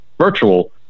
virtual